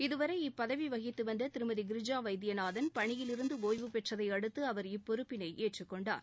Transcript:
இதுவரை இப்பதவி வகித்த வந்த திருமதி கிரிஜா வைத்தியநாதன் பணியிலிருந்து ஒய்வு பெற்றதை அடுத்து அவர் இப்பொறுப்பினை ஏற்றுக் கொண்டார்